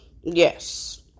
Yes